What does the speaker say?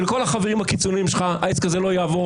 ולכל החברים הקיצונים שלך: העסק הזה לא יעבור,